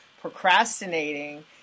procrastinating